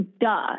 duh